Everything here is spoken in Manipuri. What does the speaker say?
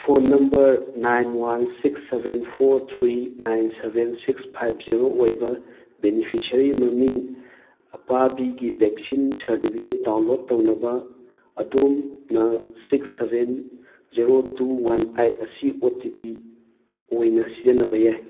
phone number nine one six seven four three nine seven six ꯐꯥꯏꯕ ꯖꯦꯔꯣ ꯑꯣꯏꯕ ꯕꯦꯅꯤꯐꯤꯁꯔꯤ ꯃꯃꯤꯡ ꯑꯄꯥꯕꯤꯒꯤ ꯕꯦꯛꯁꯤꯟ ꯁꯥꯔꯇꯤꯐꯤꯀꯦꯠ ꯗꯥꯎꯟꯂꯣꯗ ꯇꯧꯅꯕ ꯑꯗꯣꯝꯅ six seven zero two one eight ꯑꯁꯤ ꯑꯣ ꯇꯤ ꯄꯤ ꯑꯣꯏꯅ ꯁꯤꯖꯤꯟꯅꯕ ꯌꯥꯏ